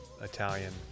Italian